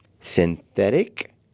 synthetic